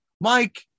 Mike